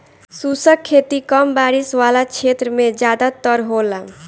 शुष्क खेती कम बारिश वाला क्षेत्र में ज़्यादातर होला